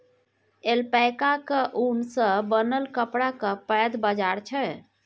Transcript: ऐल्पैकाक ऊन सँ बनल कपड़ाक पैघ बाजार छै